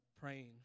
praying